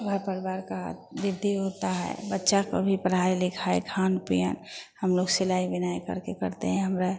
घर परिवार का भी दे होता है बच्चा को भी पढ़ाई लिखाई खान पीन हम लोग सिलाई बुनाई करके करते हैं हमारा